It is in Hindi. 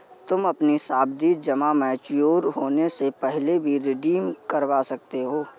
तुम अपनी सावधि जमा मैच्योर होने से पहले भी रिडीम करवा सकते हो